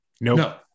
No